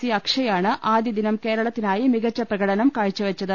C Akshay ആണ് ആദ്യ ദിനം കേരളത്തിനായി മികച്ച പ്രകടനം കാഴ്ചവെച്ചത്